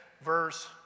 verse